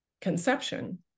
conception